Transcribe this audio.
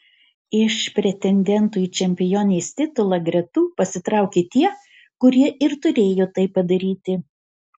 iš pretendentų į čempionės titulą gretų pasitraukė tie kurie ir turėjo tai padaryti